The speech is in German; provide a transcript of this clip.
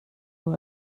nur